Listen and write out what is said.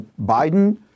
Biden